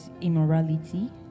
immorality